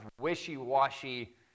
wishy-washy